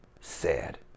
Sad